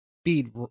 speed